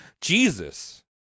Jesus